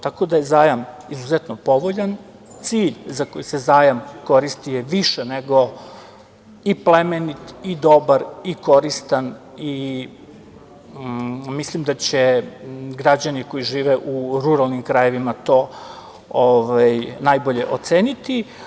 Tako da je zajam izuzetno povoljan, cilj za koji se zajam koristi je više nego i plemenit i dobar i koristan i mislim da će građani koji žive u ruralnim krajevima to najbolje oceniti.